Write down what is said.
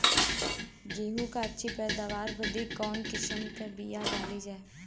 गेहूँ क अच्छी पैदावार बदे कवन किसीम क बिया डाली जाये?